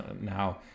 now